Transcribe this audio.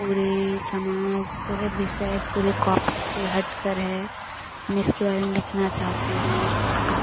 पूरे समाज पूरे विषय पूरे कॉपी से हटकर है हम इसके बारे में लिखना चाहते हैं इसके